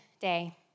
day